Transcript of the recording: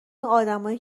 آدمایی